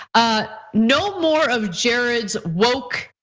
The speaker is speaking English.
ah no more of jared woke.